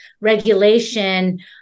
regulation